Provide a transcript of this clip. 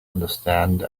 understand